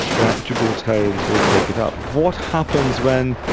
that gibraltarians will take it up. what happens when,